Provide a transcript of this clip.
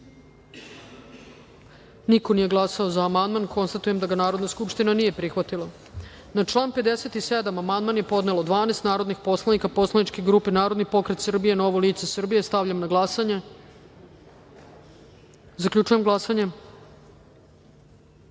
niko nije glasao za ovaj amandman. Narodna skupština ga nije prihvatila. Na član 125. amandman je podnelo 12 narodnih poslanika poslaničke grupe Narodni pokret Srbije-Novo lice Srbije. Stavljam na glasanje. Zaključujem glasanje: